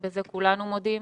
ובזה כולנו מודים,